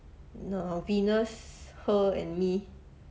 err venus her and me